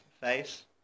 face